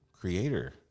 creator